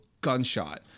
gunshot